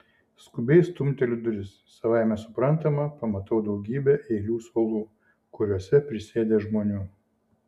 skubiai stumteliu duris savaime suprantama pamatau daugybę eilių suolų kuriuose prisėdę žmonių